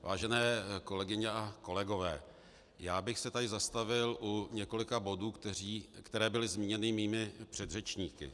Vážené kolegyně a kolegové, já bych se tady zastavil u několika bodů, které byly zmíněny mými předřečníky.